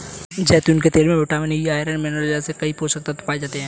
जैतून के तेल में विटामिन ई, आयरन, मिनरल जैसे कई पोषक तत्व पाए जाते हैं